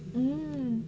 mm